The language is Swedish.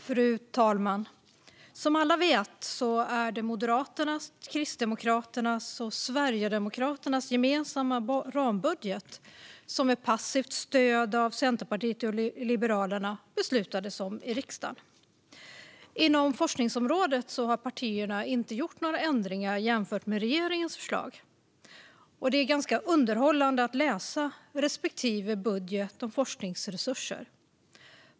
Fru talman! Som alla vet är det Moderaternas, Kristdemokraternas och Sverigedemokraternas gemensamma rambudget som med passivt stöd av Centerpartiet och Liberalerna beslutats av riksdagen. Inom forskningsområdet har partierna inte gjort några ändringar jämfört med regeringens förslag, och det är ganska underhållande att läsa respektive budget om forskningsresurser.